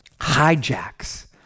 hijacks